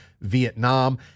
Vietnam